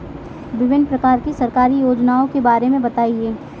विभिन्न प्रकार की सरकारी योजनाओं के बारे में बताइए?